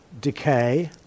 decay